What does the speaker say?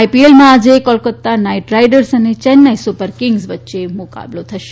આઇપીએલમાં આજે Kolkata knight riders અને Chennai super kings વચ્ચે મુકાબલો થશે